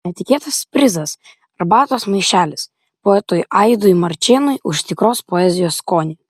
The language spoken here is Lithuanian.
netikėtas prizas arbatos maišelis poetui aidui marčėnui už tikros poezijos skonį